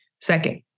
Second